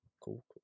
Cool